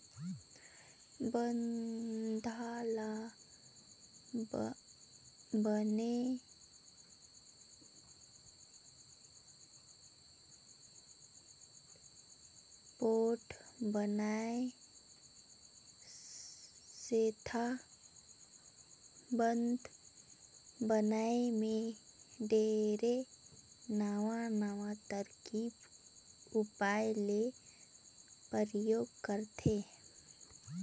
बांधा ल बने पोठ बनाए सेंथा बांध बनाए मे ढेरे नवां नवां तरकीब उपाय ले परयोग करथे